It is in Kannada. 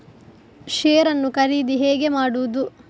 ಶೇರ್ ನ್ನು ಖರೀದಿ ಹೇಗೆ ಮಾಡುವುದು?